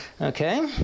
okay